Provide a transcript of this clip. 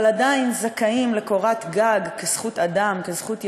אבל עדיין זכאים לקורת גג כזכות אדם, כזכות יסוד,